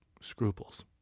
scruples